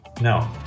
No